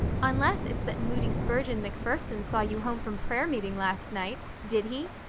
unless it's that moody spurgeon macpherson saw you home from prayer meeting last night. did he?